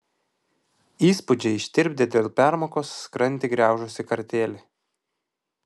įspūdžiai ištirpdė dėl permokos skrandį griaužusį kartėlį